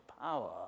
power